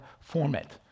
format